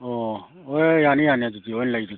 ꯑꯣ ꯍꯣꯏ ꯌꯥꯅꯤ ꯌꯥꯅꯤ ꯑꯗꯨꯗꯤ ꯂꯣꯏ ꯂꯩ ꯑꯗꯨꯗꯤ